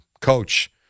Coach